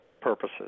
purposes